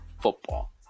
football